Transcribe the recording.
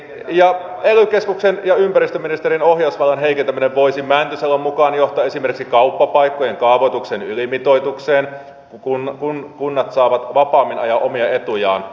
ely keskuksen ja ympäristöministeriön ohjausvallan heikentäminen voisi mäntysalon mukaan johtaa esimerkiksi kauppapaikkojen kaavoituksen ylimitoitukseen kun kunnat saavat vapaammin ajaa omia etujaan